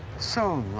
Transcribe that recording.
so